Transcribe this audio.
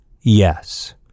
yes